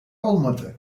olmadı